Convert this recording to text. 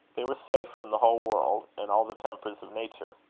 they were safe from the whole world, and all the tempers of nature.